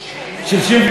65